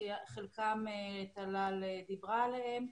חלקם טלל דיברה עליהם,